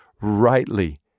rightly